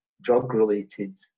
drug-related